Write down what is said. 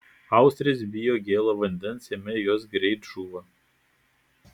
austrės bijo gėlo vandens jame jos greit žūva